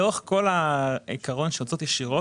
לאורך כל העיקרון של הוצאות ישירות,